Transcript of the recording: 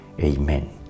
Amen